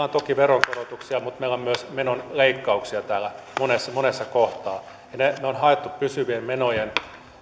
on toki veronkorotuksia niin meillä on myös menoleikkauksia täällä monessa monessa kohtaa niillä on haettu pysyvien menojen